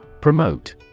Promote